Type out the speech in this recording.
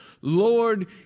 Lord